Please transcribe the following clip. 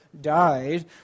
died